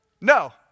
No